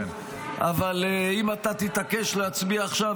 אבל אם אתה תתעקש להצביע עכשיו,